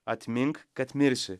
atmink kad mirsi